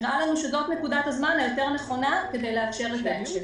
נראה לנו שזאת נקודת הזמן היותר נכונה כדי לאפשר את ההמשך.